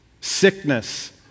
sickness